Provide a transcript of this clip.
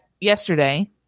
yesterday